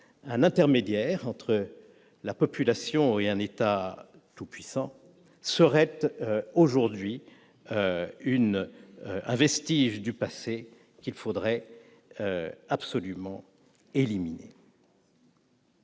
d'intermédiaire entre la population et un État tout puissant serait un vestige du passé qu'il faudrait absolument éliminer.